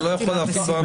אתה לא יכול להפעיל רמקול?